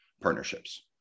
partnerships